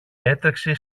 έτρεξε